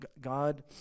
God